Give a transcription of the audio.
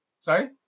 sorry